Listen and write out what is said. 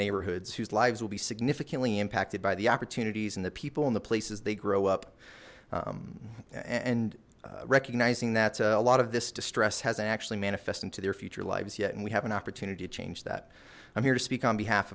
neighborhoods whose lives will be significantly impacted by the opportunities and the people and the places they grow up and recognizing that a lot of this distress hasn't actually manifest into their future lives yet and we have an opportunity to change that i'm here to speak on behalf